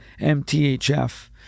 MTHF